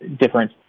different